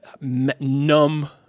numb